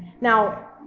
Now